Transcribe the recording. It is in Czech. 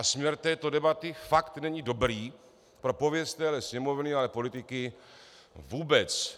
Směr této debaty fakt není dobrý pro pověst téhle Sněmovny, ale pro politiky vůbec.